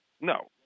No